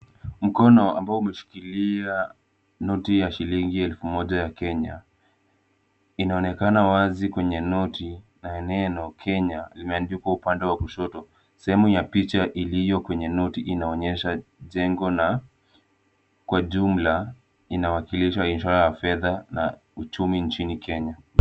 Mkono ambao umeshikilia noti ya shilingi elfu moja ya Kenya. Inaonekana wazi kwenye noti maneno Kenya imeandikwa upande wa kushoto. Sehemu ya picha iliyo kwenye noti inaonyesha jengo la kwa jumla inawakilisha ishara ya fedha na uchumi nchini Kenya.